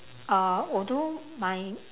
uh although my